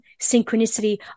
synchronicity